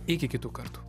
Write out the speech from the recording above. iki kitų kartų